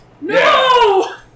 No